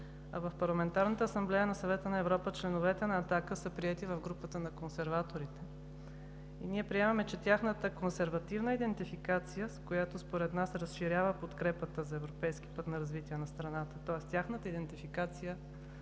Европа членовете на „Атака“ са приети в групата на консерваторите. Ние приемаме, че тяхната консервативна идентификация, която според нас разширява подкрепата за европейски път на развитие на страната, тоест тяхната идентификация,